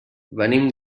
venim